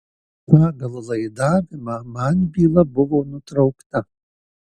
pagal laidavimą man byla buvo nutraukta